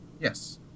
Yes